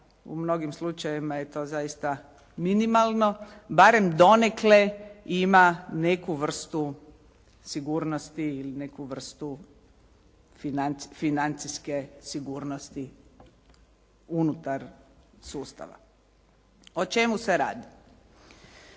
u mnogim slučajevima je to zaista minimalno, barem donekle ima neku vrstu sigurnosti ili neku vrstu financijske sigurnosti unutar sustava. O čemu se radi?